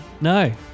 No